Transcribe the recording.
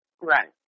Right